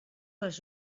les